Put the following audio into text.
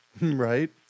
Right